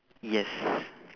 yes